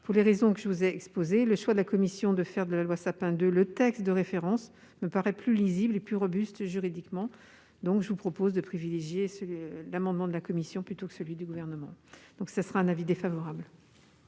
Pour les raisons que j'ai exposées, le choix de la commission de faire de la loi Sapin II le texte de référence me paraît plus lisible et plus robuste juridiquement. Je vous propose donc de voter l'amendement de la commission plutôt que celui du Gouvernement. La commission émet par